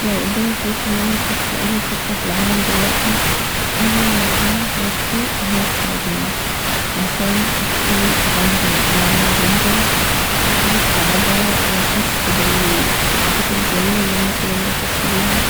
لو قدامي فرصه ان انا اسافر لأي حته في العالم دلوقتي اول مكان هروحله هي السعودية عشان ادخل عمره واعمل عمره واشوف الكعبه واحس بالحاجات الجميله اللي كلهم بيحسوا بيها،